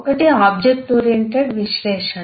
ఒకటి object oriented విశ్లేషణ